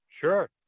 Sure